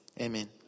amen